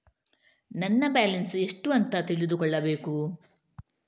ನನ್ನ ಬ್ಯಾಲೆನ್ಸ್ ಎಷ್ಟು ಅಂತ ತಿಳಿದುಕೊಳ್ಳಬೇಕು?